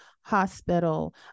hospital